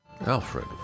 Alfred